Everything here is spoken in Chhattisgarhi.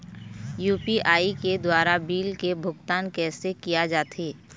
यू.पी.आई के द्वारा बिल के भुगतान कैसे किया जाथे?